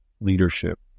leadership